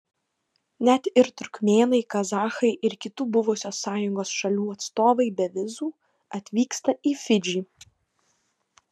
net ir turkmėnai kazachai ir kitų buvusios sąjungos šalių atstovai be vizų atvyksta į fidžį